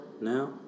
now